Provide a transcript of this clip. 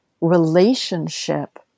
relationship